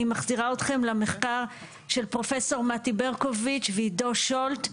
אני מחזירה אתכם למחקר של פרופסור מתי ברקוביץ' ועידו שולט,